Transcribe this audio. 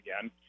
again